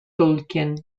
tolkien